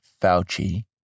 Fauci